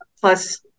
Plus